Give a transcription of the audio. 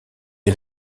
est